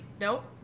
Nope